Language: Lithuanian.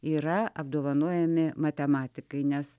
yra apdovanojami matematikai nes